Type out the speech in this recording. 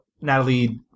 Natalie